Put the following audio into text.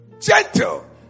Gentle